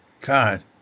God